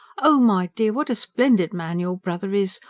oh, my dear, what a splendid man your brother is!